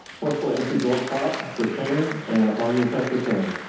forcible entry door prop for training and a positive pressure fan.